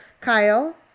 Kyle